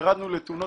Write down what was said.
נרד להיקף